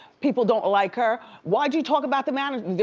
people don't like her. why'd you talk about the manager?